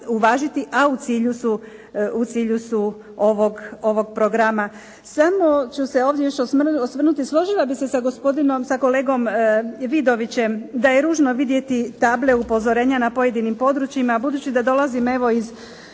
a u cilju su ovog programa. Samo ću se ovdje još osvrnuti. Složila bih se sa gospodinom, sa kolegom Vidovićem da je ružno vidjeti table upozorenja na pojedinim područjima. Budući da dolazim evo iz